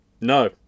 No